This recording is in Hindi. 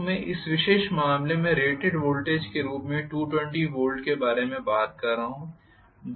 तो मैं इस विशेष मामले में रेटेड वोल्टेज के रूप में 220 वोल्ट के बारे में बात कर रहा हूं